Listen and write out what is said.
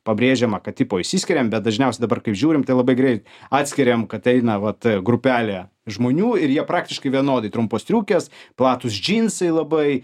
pabrėžiama kad tipo išsiskiriam bet dažniaus dabar kai žiūrim tai labai grei atskiriam kad eina vat grupelė žmonių ir jie praktiškai vienodi trumpos striukės platūs džinsai labai